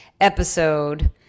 episode